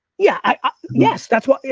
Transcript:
yeah. yes, that's what. yeah